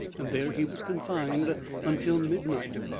and there he was confined until midnight.